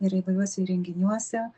ir įvairiuose įrenginiuose